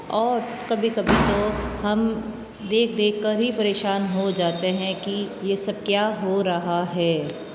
और कभी कभी तो हम देख देख कर ही परेशान हो जाते हैं कि यह सब क्या हो रहा है